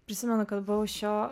prisimenu kad buvau šio